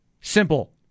Simple